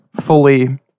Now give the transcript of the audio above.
Fully